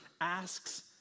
asks